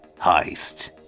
heist